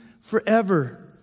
forever